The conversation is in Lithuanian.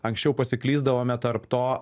anksčiau pasiklysdavome tarp to